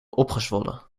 opgezwollen